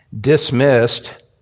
dismissed